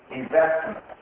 investment